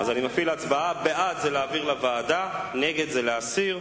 בעד, להעביר לוועדה, נגד, להסיר.